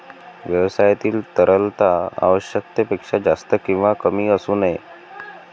व्यवसायातील तरलता आवश्यकतेपेक्षा जास्त किंवा कमी असू नये